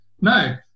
No